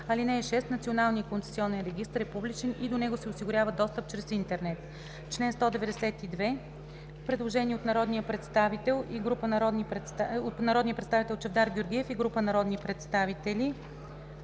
(6) Националният концесионен регистър е публичен и до него се осигурява достъп чрез интернет.“ По чл. 192 има предложение от народния представител Чавдар Георгиев и група народни представители: